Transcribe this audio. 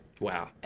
Wow